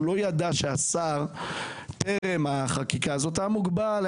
הוא לא ידע שהשר טרם החקיקה הזו היה מוגבל,